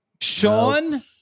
Sean